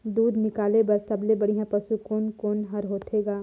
दूध निकाले बर सबले बढ़िया पशु कोन कोन हर होथे ग?